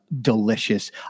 delicious